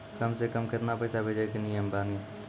कम से कम केतना पैसा भेजै के नियम बानी?